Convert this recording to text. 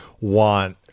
want